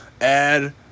Add